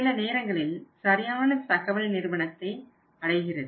சில நேரங்களில் சரியான தகவல் நிறுவனத்தை அடைகிறது